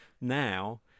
now